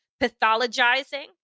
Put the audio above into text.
pathologizing